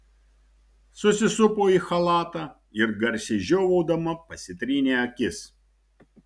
susisupo į chalatą ir garsiai žiovaudama pasitrynė akis